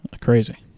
Crazy